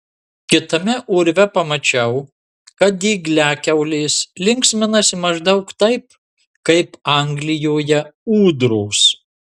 kitame urve pamačiau kad dygliakiaulės linksminasi maždaug taip kaip anglijoje ūdros